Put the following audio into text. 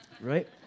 right